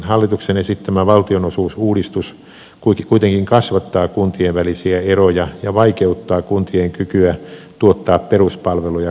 hallituksen esittämä valtionosuusuudistus kuitenkin kasvattaa kuntien välisiä eroja ja vaikeuttaa kuntien kykyä tuottaa peruspalveluja kuntalaisille